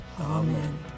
amen